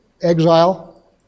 exile